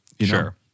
Sure